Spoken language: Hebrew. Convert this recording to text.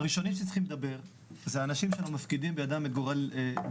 הראשונים שצריכים לדבר אלו האנשים שאנחנו מפקידים בידם את בריאותנו,